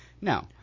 No